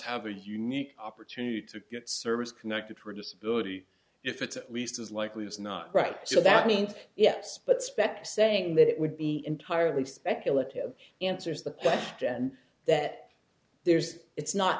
a unique opportunity to get service connected disability if it's at least as likely as not right so that means yes but spect saying that it would be entirely speculative answers the question that there's it's not